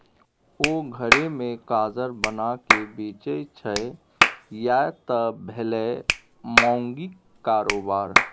ओ घरे मे काजर बनाकए बेचय छै यैह त भेलै माउगीक कारोबार